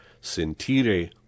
Sentire